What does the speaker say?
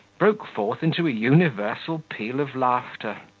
broke forth into a universal peal of laughter.